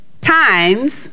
times